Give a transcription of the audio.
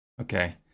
Okay